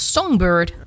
Songbird